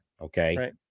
okay